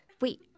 Wait